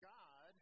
God